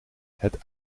het